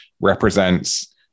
represents